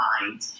mind